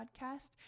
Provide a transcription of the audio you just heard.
podcast